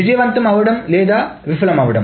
విజయవంతం అవడం లేదా విఫలమవడం